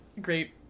Great